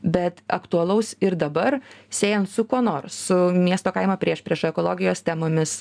bet aktualaus ir dabar siejant su kuo nors su miesto kaimo priešprieša ekologijos temomis